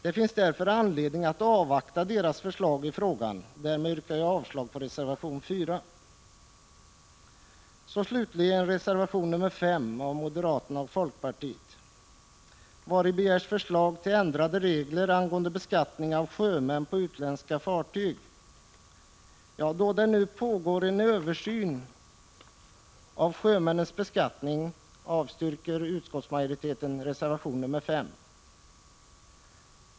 Det finns därför anledning att avvakta arbetsgruppens förslag i frågan, och därmed yrkar jag avslag på reservation nr 4.